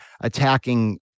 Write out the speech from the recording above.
attacking